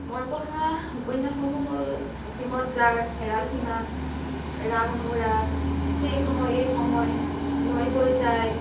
মই পঢ়া উপন্যাসসমূহ হ'ল অসীমত যাৰ হেৰাল সীমা ৰাগ অনুৰাগ সেই সময় এই সময় নৈ বৈ যায়